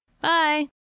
Bye